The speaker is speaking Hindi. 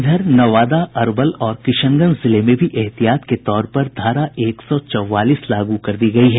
इधर नवादा अरवल और किशनगंज जिले में भी ऐहतियात के तौर पर धारा एक सौ चौवालीस लागू कर दी गयी है